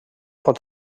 pot